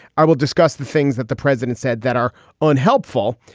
i will discuss the things that the president said that are unhelpful.